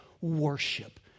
worship